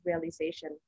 realization